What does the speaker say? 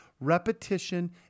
Repetition